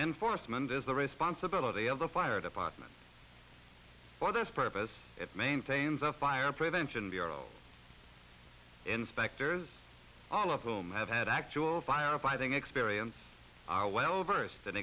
enforcement is the responsibility of the fire department for this purpose it maintains a fire prevention bureau inspectors all of whom have had actual fire fighting experience are well versed in